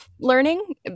learning